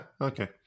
okay